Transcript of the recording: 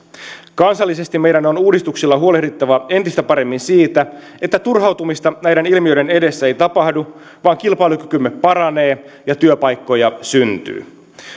kansallisesti meidän on uudistuksilla huolehdittava entistä paremmin siitä että turhautumista näiden ilmiöiden edessä ei tapahdu vaan kilpailukykymme paranee ja työpaikkoja syntyy